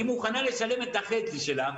היא מוכנה לשלם את החצי שלה,